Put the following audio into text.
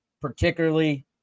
particularly